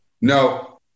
No